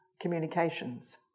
communications